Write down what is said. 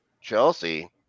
Chelsea